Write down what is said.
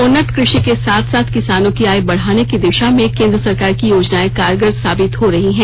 उन्नत कृषि के साथ साथ किसानों की आय बढाने की दिशा में केंद्र सरकार की योजनाएं कारगर साबित हो रही हैं